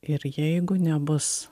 ir jeigu nebus